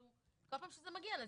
וכל פעם שזה מגיע לזה,